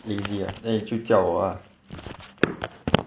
lazy ah then 你就叫我 lah